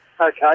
Okay